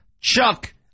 Chuck